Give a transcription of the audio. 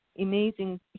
amazing